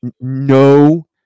no